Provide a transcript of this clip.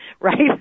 right